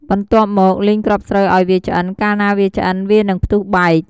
បន្ទាប់មកលីងគ្រាប់ស្រូវឱ្យវាឆ្អិន កាលណាវាឆ្អិន វានឹងផ្ទុះបែក។